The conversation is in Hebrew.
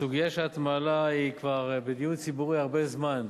הסוגיה שאת מעלה היא בדיון ציבורי כבר הרבה זמן,